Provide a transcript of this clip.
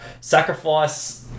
sacrifice